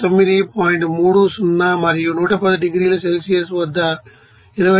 30 మరియు 110 డిగ్రీల Celsius వద్ద 29